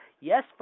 Yes